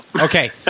Okay